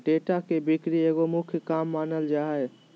data के बिक्री एगो मुख्य काम मानल जा हइ